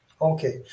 Okay